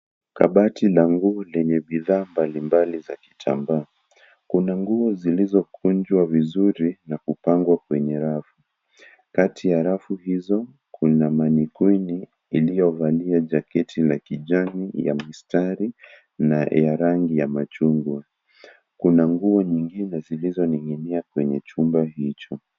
Kabati la nguo lenye bidhaa mbalimbali za kitambaa Kuna nguo zilizokunjwa vizuri na kupangwa kwenye rafu. Kati ya rafu hizo kuna manekini iliyovalia jaketi la kijani ya mistari na ya rangi ya machungwa. Kuna nguo zingine zilizoning'inia kwenye chumba hicho.